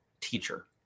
teacher